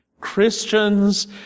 Christians